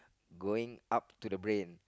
going up to the brain